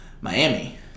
Miami